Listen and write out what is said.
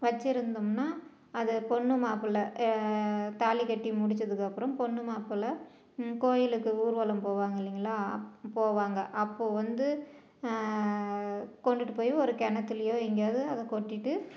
வச்சுருந்தோம்ன்னா அதை பொண்ணும் மாப்பிள தாலி கட்டி முடிச்சதுக்கப்புறம் பொண்ணு மாப்பள கோயிலுக்கு ஊர்வலம் போவாங்க இல்லைங்களா போவாங்க அப்போ வந்து கொண்டுகிட்டு போய் ஒரு கிணத்துலையோ எங்கேயாவது அதை கொட்டிவிட்டு